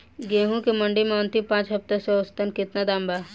गेंहू के मंडी मे अंतिम पाँच हफ्ता से औसतन केतना दाम बा?